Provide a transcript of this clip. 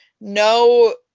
no